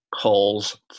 calls